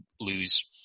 lose